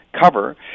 cover